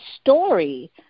story